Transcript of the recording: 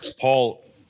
Paul